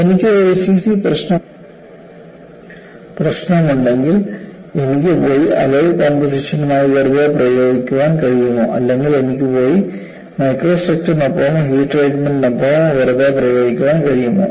എനിക്ക് ഒരു എസ്സിസി പ്രശ്നമുണ്ടെങ്കിൽ എനിക്ക് പോയി അലോയ് കോമ്പോസിഷനുമായി വെറുതെ പ്രയോഗിക്കുവാൻ കഴിയുമോ അല്ലെങ്കിൽ എനിക്ക് പോയി മൈക്രോസ്ട്രക്ചറിനൊപ്പമോ ഹീറ്റ് ട്രീറ്റ്മെൻറ്നിനൊപ്പമോ വെറുതെ പ്രയോഗിക്കുവാൻ കഴിയുമോ